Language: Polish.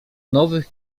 nowych